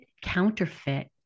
counterfeit